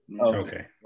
Okay